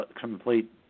complete